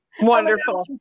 Wonderful